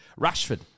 Rashford